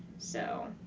so,